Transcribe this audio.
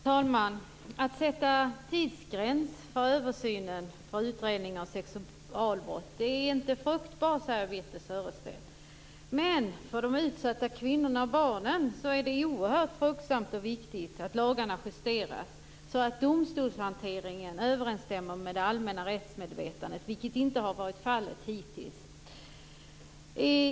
Herr talman! Att sätta en tidsgräns för översynen och utredningen av sexualbrott är inte fruktbart, säger Birthe Sörestedt. Men för de utsatta kvinnorna och barnen är det oerhört fruktbart och viktigt att lagarna justeras så att domstolshanteringen överensstämmer med det allmänna rättsmedvetandet. Det har inte har varit fallet hittills.